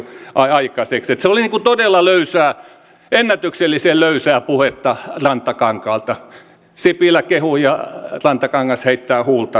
se oli todella löysää ennätyksellisen löysää puhetta rantakankaalta sipilä kehui ja rantakangas heittää huulta täällä